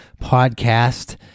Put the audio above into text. podcast